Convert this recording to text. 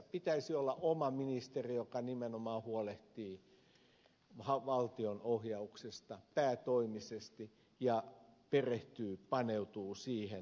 pitäisi olla oma ministeriö joka nimenomaan huolehtii valtion ohjauksesta päätoimisesti ja perehtyy paneutuu siihen